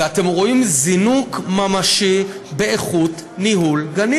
ורואים זינוק ממשי באיכות ניהול גנים.